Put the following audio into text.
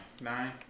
Nine